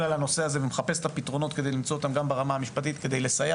את הפתרונות גם ברמה המשפטית כדי לסייע